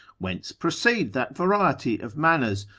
whence proceed that variety of manners,